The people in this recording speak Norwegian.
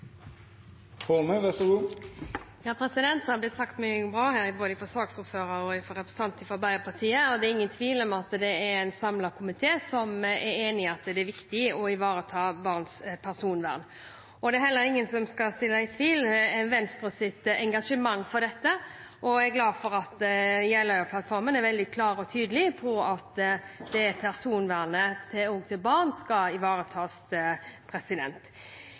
er ingen tvil om at det er en samlet komité som er enig om at det er viktig å ivareta barns personvern. Det er heller ingen som kan trekke i tvil Venstres engasjement for dette, og jeg er glad for at Jeløya-plattformen er veldig klar og tydelig på at personvernet til våre barn skal ivaretas.